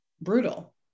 brutal